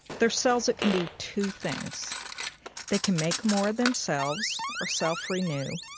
they're cells that can do two things they can make more of themselves or self-renew,